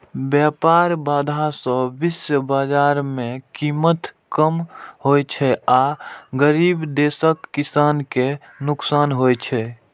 व्यापार बाधा सं विश्व बाजार मे कीमत कम होइ छै आ गरीब देशक किसान कें नुकसान होइ छै